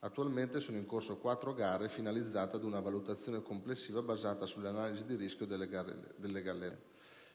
Attualmente, sono in corso quattro gare finalizzate ad una valutazione complessiva basata sulle analisi di rischio delle gallerie.